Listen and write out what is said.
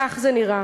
כך זה נראה.